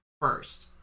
first